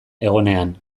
egonean